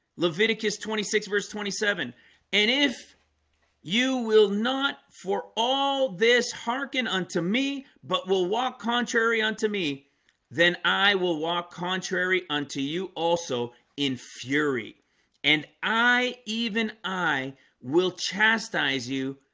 leviticus twenty six twenty seven and if you will not for all this hearken unto me but will walk contrary unto me then i will walk contrary unto you also in fury and i even i will chastise you?